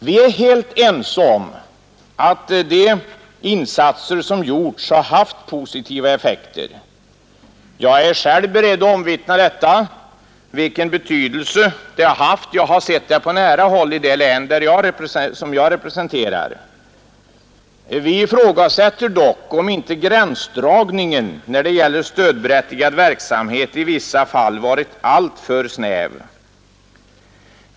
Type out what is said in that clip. Vi är helt ense om att de insatser som gjorts har haft positiva effekter. Jag vill omvittna detta, då jag på nära håll sett vilken betydelse lokaliseringsinsatserna haft i det län jag representerar. Vi ifrågasätter emellertid om inte gränsdragningen när det gäller stödberättigad verksamhet i vissa fall varit alltför snäv.